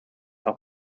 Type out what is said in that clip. auch